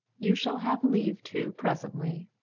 you shall have leave to, presently.